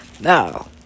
No